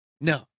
No